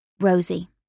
Rosie